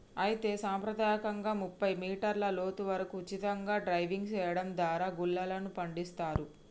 అయితే సంప్రదాయకంగా ముప్పై మీటర్ల లోతు వరకు ఉచితంగా డైవింగ్ సెయడం దారా గుల్లలను పండిస్తారు